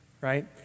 right